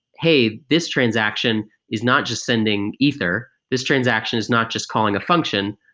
hey, this transaction is not just sending ether. this transaction is not just calling a function.